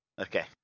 Okay